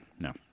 No